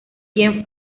quien